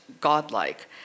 godlike